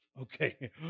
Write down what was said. Okay